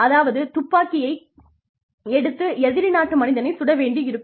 அதாவது துப்பாக்கியை எடுத்து எதிரி நாட்டு மனிதனைச் சுட வேண்டி இருக்கும்